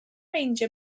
meindio